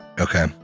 Okay